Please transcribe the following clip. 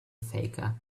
faker